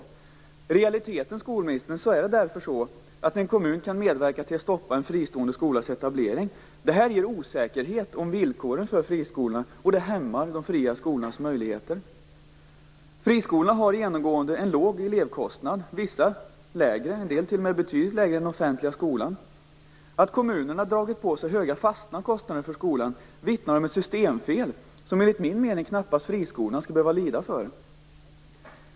I realiteten, skolministern, kan en kommun medverka till att stoppa etableringen av en friskola. Detta skapar osäkerhet om villkoren för friskolorna, och det hämmar de fria skolornas möjligheter. Friskolorna har genomgående en låg elevkostnad, vissa lägre eller betydligt lägre än den offentliga skolan. Att kommunerna har dragit på sig höga fasta kostnader för skolan vittnar om ett systemfel, som enligt min mening friskolorna knappast skall behöva lida för.